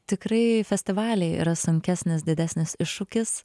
tikrai festivaliai yra sunkesnis didesnis iššūkis